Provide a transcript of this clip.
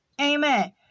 Amen